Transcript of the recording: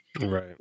right